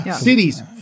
Cities